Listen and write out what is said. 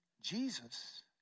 Jesus